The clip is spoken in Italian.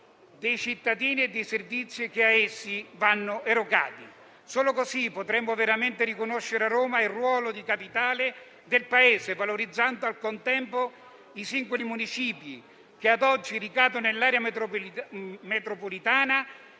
dei cittadini e dei servizi che ad essi vanno erogati. Solo così potremo veramente riconoscere a Roma il ruolo di capitale del Paese, valorizzando al contempo i singoli municipi che ad oggi ricadono nell'area metropolitana